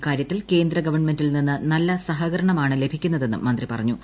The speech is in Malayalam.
ഇക്കാരൃത്തിൽ കേന്ദ്രഗവൺമെന്റിൽ നിന്ന് നല്ല സഹകരണമാണ് ലഭിക്കുന്നതെന്നും മന്ത്രി പറഞ്ഞു